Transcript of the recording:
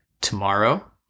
tomorrow